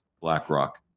BlackRock